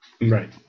Right